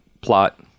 plot